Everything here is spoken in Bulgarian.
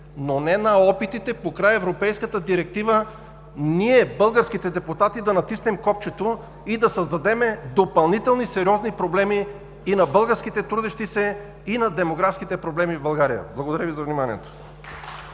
но „не“ на опитите покрай европейската директива ние, българските депутати, да натиснем копчето и да създадем допълнителни, сериозни проблеми и на българските трудещи се, и на демографските проблеми в България! Благодаря Ви за вниманието.